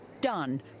done